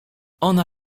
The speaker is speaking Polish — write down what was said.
ona